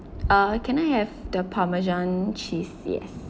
uh can I have the parmesan cheese yes